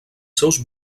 seus